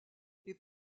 est